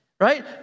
Right